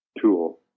Tool